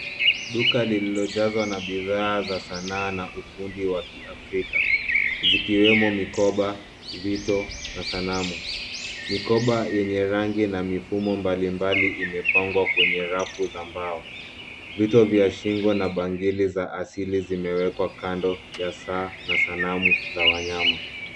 Duka lililojazwa na bidhaa za sanaa na ufundi wa Kiafrika zikiwemo mikoba, vito na sanamu. Mikoba yenye rangi na mifumo mbalimbali imepangwa kwenye rafu za mbao. Vito vya shingo na bangili za asili zimewekwa kando ya saa na sanamu za wanyama.